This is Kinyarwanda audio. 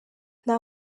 nta